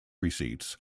receipts